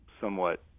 somewhat